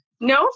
no